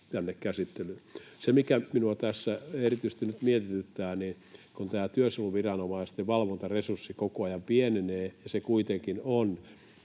tänne käsittelyyn. Se, mikä minua tässä erityisesti nyt mietityttää, on se, että työsuojeluviranomaisten valvontaresurssit koko ajan pienenevät, ja ne kuitenkin ovat